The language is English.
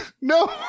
no